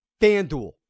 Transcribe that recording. FanDuel